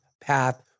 path